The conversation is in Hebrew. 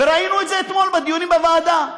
וראינו את זה אתמול בדיונים בוועדה: